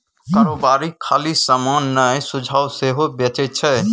कारोबारी खाली समान नहि सुझाब सेहो बेचै छै